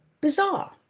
bizarre